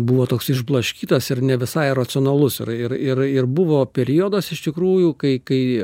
buvo toks išblaškytas ir ne visai racionalus ir ir ir ir buvo periodas iš tikrųjų kai kai